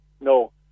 no